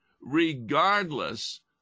regardless